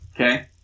okay